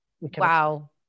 wow